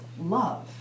love